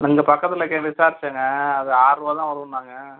நான் இங்கே பக்கத்தில் கேட்டு விசாரிச்சேங்க அது ஆறுரூவா தான் வருன்னாங்க